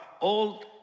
old